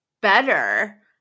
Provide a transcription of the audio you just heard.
better